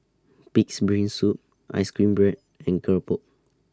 Pig'S Brain Soup Ice Cream Bread and Keropok